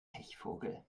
pechvogel